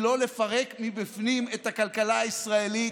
לא לפרק מבפנים את הכלכלה הישראלית.